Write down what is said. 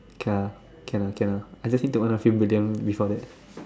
okay lah okay lah okay lah I just need to earn a few million before that